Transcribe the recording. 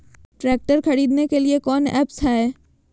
Tractor खरीदने के लिए कौन ऐप्स हाय?